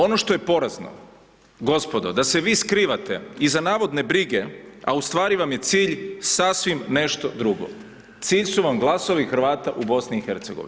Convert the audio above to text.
Ono što je porezano, gospodo ,da se vi skrivate iza navodne brige, a ustvari vam je cilj sasvim nešto drugo, cilj su vam glasovi Hrvata u BIH.